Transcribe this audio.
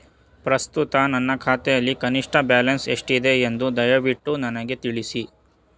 ಪ್ರಸ್ತುತ ನನ್ನ ಖಾತೆಯಲ್ಲಿ ಕನಿಷ್ಠ ಬ್ಯಾಲೆನ್ಸ್ ಎಷ್ಟಿದೆ ಎಂದು ದಯವಿಟ್ಟು ನನಗೆ ತಿಳಿಸಿ